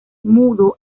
mudo